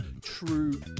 true